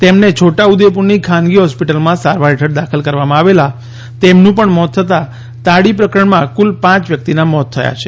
તેમને છોટા ઉદેપુરની ખાનગી હોસ્પિટલમાં સારવાર હેઠળ દાખલ કરવામાં આવેલા તેમનું પણ મોત થતાં તાડી પ્રકરણમાં કુલ પાંચ વ્યક્તિના મોત થયા છે